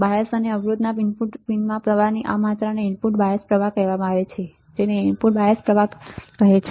bias અને અવરોધના input પિનમાં પ્રવાહની આ માત્રાને ઇનપુટ બાયસ પ્રવાહ કહેવામાં આવે છે જેને ઇનપુટ બાયસ પ્રવાહ કહેવામાં આવે છે